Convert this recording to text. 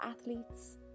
athletes